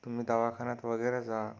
तुम्ही दवाखान्यात वगैरे जा